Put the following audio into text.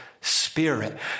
spirit